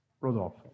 Rodolfo